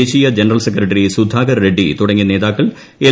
ദേശീയ general secretary Sudhakar Reddy തുടങ്ങിയ നേതാക്കൾ എൽ